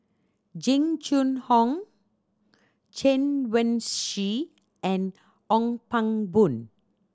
Jing Jun Hong Chen Wen Hsi and Ong Pang Boon